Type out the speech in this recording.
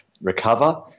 recover